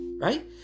right